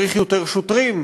צריך יותר שוטרים,